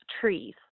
trees